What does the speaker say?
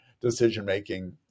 decision-making